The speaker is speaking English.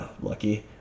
Lucky